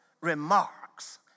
remarks